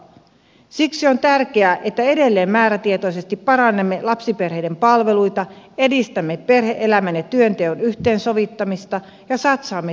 siksi on tärkeää että edelleen määrätietoisesti parannamme lapsiperheiden palveluita edistämme perhe elämän ja työnteon yhteensovittamista ja satsaamme työllisyyspolitiikkaan